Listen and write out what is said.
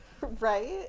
Right